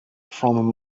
from